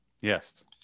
Yes